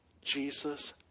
Jesus